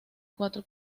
cuatro